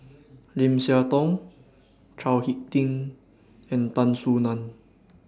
Lim Siah Tong Chao Hick Tin and Tan Soo NAN